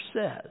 says